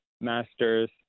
masters